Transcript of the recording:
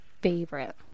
favorite